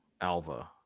Alva